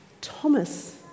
Thomas